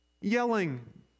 yelling